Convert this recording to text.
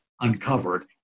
uncovered